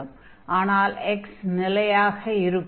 ஆனால் x நிலையாக இருக்கும்